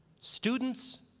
students,